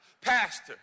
Pastor